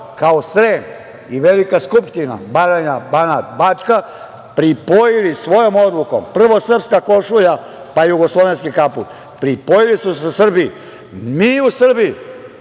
kao Srem i Velika skupština Baranja, Banat, Bačka, pripojili svojom odlukom, prvo srpska košulja, pa jugoslovenski kaput, pripojili su se Srbiji. Mi u Srbiji,